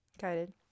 guided